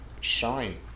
shine